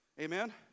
Amen